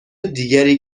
دیگری